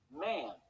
man